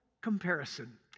comparison